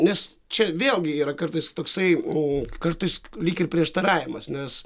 nes čia vėlgi yra kartais toksai m kartais lyg ir prieštaravimas nes